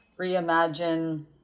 reimagine